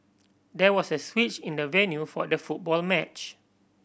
there was a switch in the venue for the football match